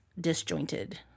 disjointed